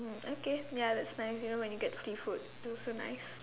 mm okay ya that's nice you know when you get to see food feels so nice